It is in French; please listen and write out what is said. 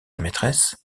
maîtresse